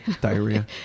diarrhea